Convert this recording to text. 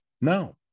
No